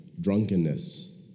drunkenness